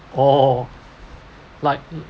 oh like